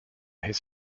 his